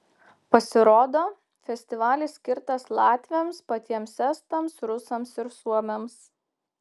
pasirodo festivalis skirtas latviams patiems estams rusams ir suomiams